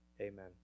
amen